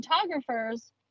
photographers